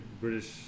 British